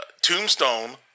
Tombstone